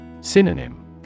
Synonym